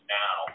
now